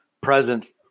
presence